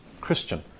Christian